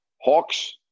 Hawks